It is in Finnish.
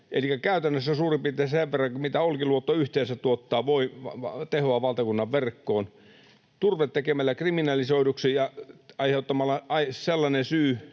käytännössä suurin piirtein sen verran kuin Olkiluoto yhteensä tuottaa tehoa valtakunnan verkkoon, tekemällä turve kriminalisoiduksi ja aiheuttamalla sellainen